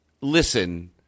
listen